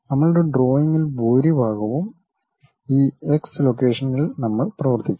നമ്മളുടെ ഡ്രോയിംഗിൽ ഭൂരിഭാഗവും ഈ എക്സ് ലൊക്കേഷനിൽ നമ്മൾ പ്രവർത്തിക്കുന്നു